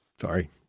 Sorry